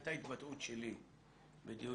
הייתה התבטאות שלי בדיונים